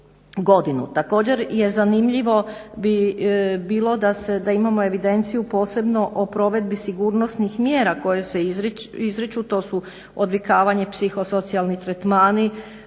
Također zanimljivo bi bilo da imamo evidenciju posebno o provedbi sigurnosnih mjera koje se izriču. To su odvikavanje, psihosocijalni tretmani,